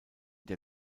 der